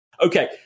Okay